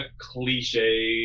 cliche